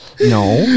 No